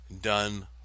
done